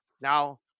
Now